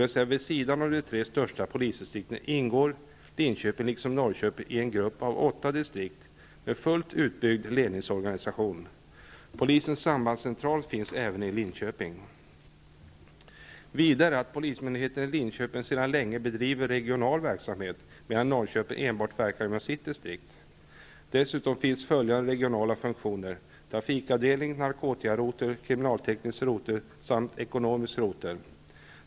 Vid sidan av de tre största polisdistrikten ingår Även polisens länssambandscentral finns i Vidare bedriver polismyndigheten i Linköping sedan länge regional verksamhet, medan Norrköping enbart verkar inom sitt distrikt. Dessutom finns följande regionala funktioner: trafikavdelning, narkotikarotel, kriminalteknisk rotel samt ekonomisk rotel.